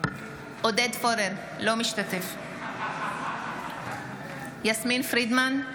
אינו משתתף בהצבעה יסמין פרידמן,